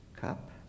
cup